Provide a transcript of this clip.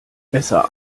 besser